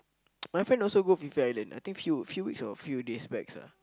my friend also go Phi-Phi-Island I think few few weeks or few days backs ah